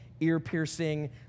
ear-piercing